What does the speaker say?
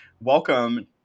Welcome